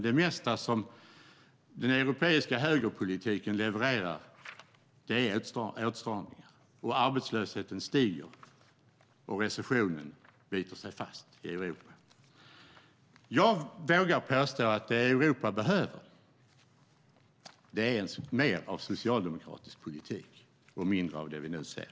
Det mesta som den europeiska högerpolitiken levererar är åtstramningar, och arbetslösheten stiger och recessionen biter sig fast i Europa. Jag vågar påstå att det Europa behöver är mer av socialdemokratisk politik och mindre av det vi nu ser.